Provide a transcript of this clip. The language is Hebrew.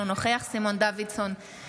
אינו נוכח סימון דוידסון,